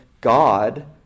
God